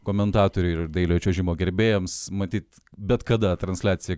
komentatoriui ir dailiojo čiuožimo gerbėjams matyt bet kada transliacija